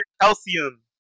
Calcium